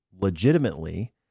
legitimately